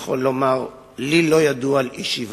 יכול לומר: לי לא ידוע על אי-שוויון,